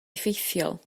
effeithiol